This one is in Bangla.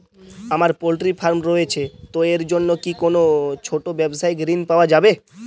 আমার পোল্ট্রি ফার্ম রয়েছে তো এর জন্য কি কোনো ছোটো ব্যাবসায়িক ঋণ পাওয়া যাবে?